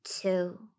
two